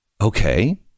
Okay